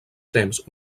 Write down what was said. temps